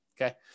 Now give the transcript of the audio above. Okay